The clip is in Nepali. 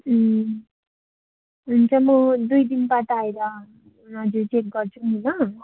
हुन्छ म दुई दिनबाद आएर हजुर चेक गर्छु नि ल